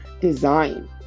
design